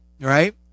right